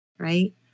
right